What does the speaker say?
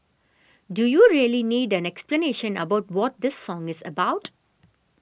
do you really need an explanation about what this song is about